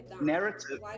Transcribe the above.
narrative